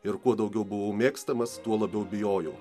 ir kuo daugiau buvau mėgstamas tuo labiau bijojau